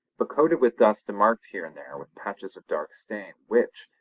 but coated with dust and marked here and there with patches of dark stain which,